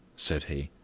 said he.